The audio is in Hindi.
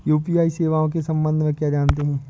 यू.पी.आई सेवाओं के संबंध में क्या जानते हैं?